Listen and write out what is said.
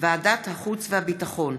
ועדת החוץ והביטחון.